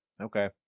okay